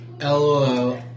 Lol